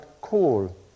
call